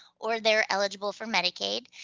or they're eligible for medicaid.